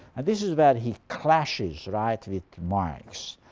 and this is where he clashes right with marx.